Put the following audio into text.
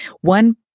one